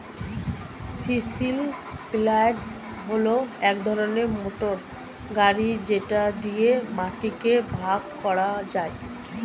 chisel plough হল এক ধরনের মোটর গাড়ি যেটা দিয়ে মাটিকে ভাগ করা যায়